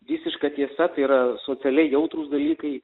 visiška tiesa tai yra socialiai jautrūs dalykai